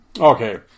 okay